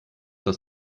das